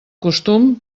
costum